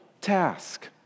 task